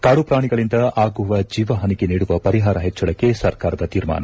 ಕಾಡು ಪ್ರಾಣಿಗಳಿಂದ ಆಗುವ ಜೀವಹಾನಿಗೆ ನೀಡುವ ಪರಿಹಾರ ಹೆಚ್ಚಳಕ್ಕೆ ಸರ್ಕಾರದ ತೀರ್ಮಾನ